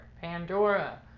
Pandora